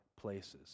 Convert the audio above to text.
places